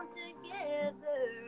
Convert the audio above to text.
together